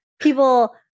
People